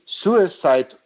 suicide